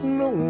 no